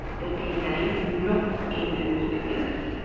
the dna not in a nucleus.